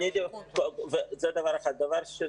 אני לא דיברתי על ההסכמה.